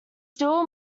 still